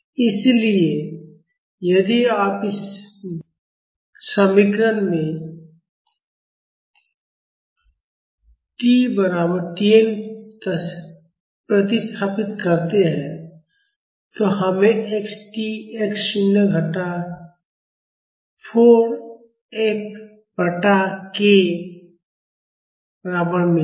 इसलिए यदि आप इस समीकरण में t बराबर T n प्रतिस्थापित करते हैं तो हमें x t x शून्य घटा 4 F बटा k के बराबर मिलेगा